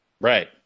Right